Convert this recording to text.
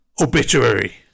Obituary